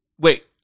Wait